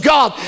God